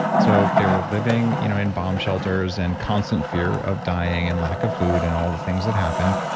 so they were living you know in bomb shelters and constant fear of dying and lack of food and all the things that happened,